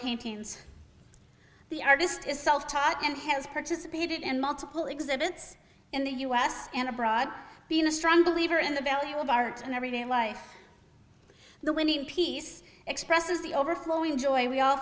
painting the artist is self taught and has participated in multiple exhibits in the u s and abroad being a strong believer in the value of art in everyday life the winning piece expresses the overflowing joy we all